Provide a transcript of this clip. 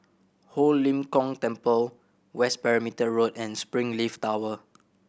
Ho Lim Kong Temple West Perimeter Road and Springleaf Tower